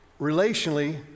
relationally